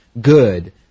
good